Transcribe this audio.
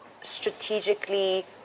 strategically